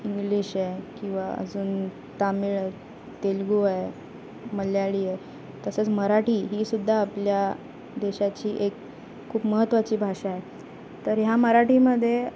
English आहे किंवा अजून तामिळ तेलगु आहे मल्याळी आहे तसंच मराठी ही सुद्धा आपल्या देशाची एक खूप महत्त्वाची भाषा आहे तर ह्या मराठीमध्ये